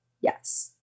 Yes